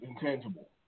intangible